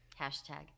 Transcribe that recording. Hashtag